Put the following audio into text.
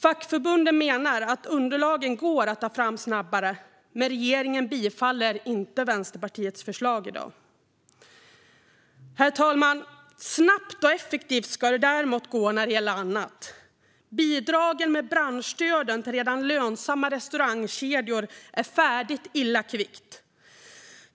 Fackförbunden menar att underlagen går att ta fram snabbare, men regeringen bifaller inte Vänsterpartiets förslag i dag. Herr talman! Snabbt och effektivt ska det däremot gå när det gäller annat. Bidragen med branschstöden till redan lönsamma restaurangkedjor är färdiga illa kvickt.